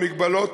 במגבלות,